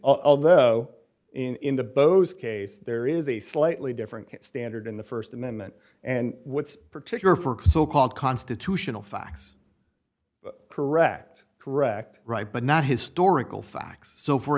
although in the bose case there is a slightly different standard in the st amendment and what's particular for so called constitutional facts correct correct right but not historical facts so for